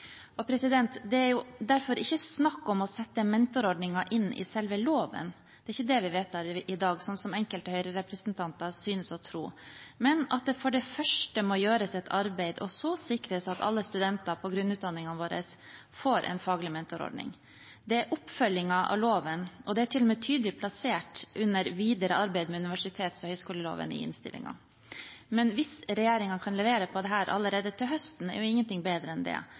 Det er derfor ikke, sånn som enkelte Høyre-representanter synes å tro, snakk om å sette mentorordningen inn i selve loven – det er ikke det vi vedtar i dag. For det første må det gjøres et arbeid, og så sikres at alle studenter i grunnutdanningene våre får en faglig mentorordning. Det er en oppfølging av loven, og det er til og med tydelig plassert under «Videre arbeid med universitets- og høyskoleloven» i innstillingen. Hvis regjeringen kan levere på dette allerede til høsten, er ingen ting bedre enn det.